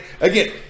again